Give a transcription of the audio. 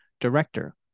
director